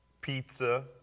Pizza